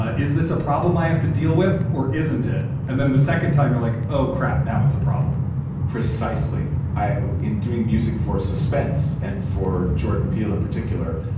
ah is this a problem i have to deal with or isn't it? and then the second time you're like, oh, crap now it's a problem precisely in doing music for suspense and for jordan peele in particular,